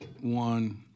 one